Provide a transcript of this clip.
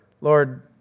Lord